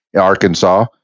Arkansas